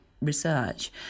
Research